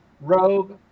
Rogue